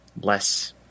less –